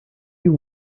you